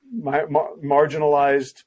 marginalized